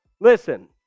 Listen